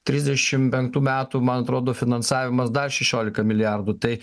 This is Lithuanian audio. trisdešim penktų metų man atrodo finansavimas dar šešiolika milijardų tai